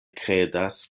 kredas